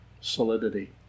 solidity